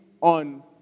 on